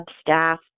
staff